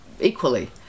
equally